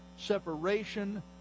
separation